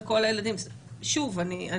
זה שווה בדיקה.